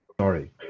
sorry